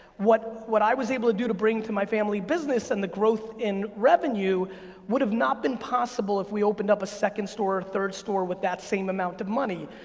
what what i was able to do to bring to my family business in the growth and revenue would have not been possible if we opened up a second store, third store with that same amount of money.